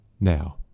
now